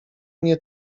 nie